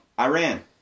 Iran